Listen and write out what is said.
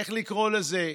איך לקרוא לזה,